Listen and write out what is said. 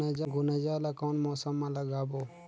गुनजा ला कोन मौसम मा लगाबो?